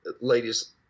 ladies